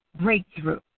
breakthrough